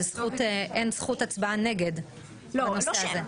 שאין זכות הצבעה נגד בנושא הזה.